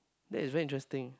that's very interesting